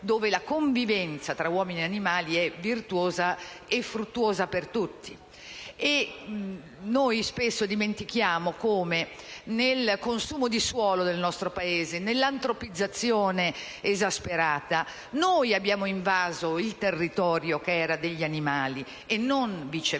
dove la convivenza tra uomini e animali è virtuosa e fruttuosa per tutti. Spesso dimentichiamo che, con il consumo di suolo del nostro Paese e con l'antropizzazione esasperata, abbiamo invaso il territorio che era degli animali, non viceversa.